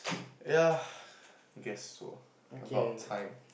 ya I guess so about time